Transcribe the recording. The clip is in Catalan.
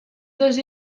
dos